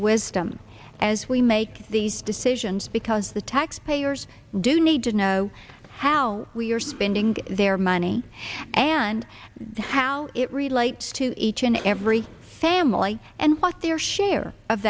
wisdom as we make these decisions because the taxpayers do need to know how we are spending their money and how it relates to each and every family and what their share of